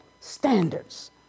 standards